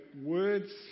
words